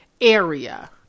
area